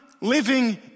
living